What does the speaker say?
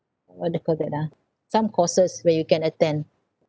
what do you call that ah some courses where you can attend